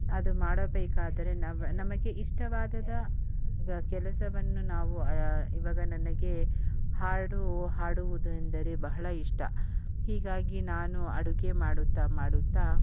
ಅದು ಮಾಡಬೇಕಾದರೆ ನಾವು ನಮಗೆ ಇಷ್ಟವಾದ ಗ ಕೆಲಸವನ್ನು ನಾವು ಇವಾಗ ನನಗೆ ಹಾಡು ಹಾಡುವುದು ಎಂದರೆ ಬಹಳ ಇಷ್ಟ ಹೀಗಾಗಿ ನಾನು ಅಡುಗೆ ಮಾಡುತ್ತಾ ಮಾಡುತ್ತಾ